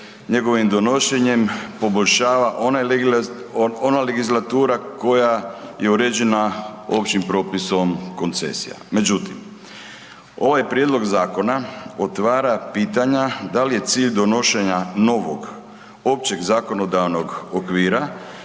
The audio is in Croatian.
njegovim donošenjem poboljšava onaj legislatura koja je uređena općim propisom koncesija. Međutim, ovaj prijedlog zakona otvara pitanja da li je cilj donošenja novog općeg zakonodavnog okvira